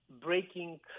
breaking